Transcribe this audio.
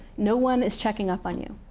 no one is checking up on you,